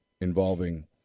involving